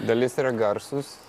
dalis yra garsūs